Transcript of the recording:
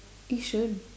Yishun